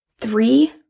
three